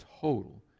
total